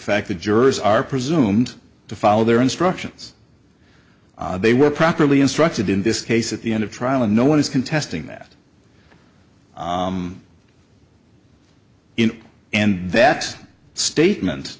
fact that jurors are presumed to follow their instructions they were properly instructed in this case at the end of trial and no one is contesting that in and that statement